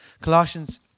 Colossians